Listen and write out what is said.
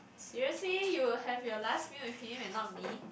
seriously you will have your last meal with him and not me